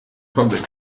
public